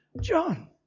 John